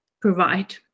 provide